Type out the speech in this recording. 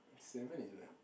seven is what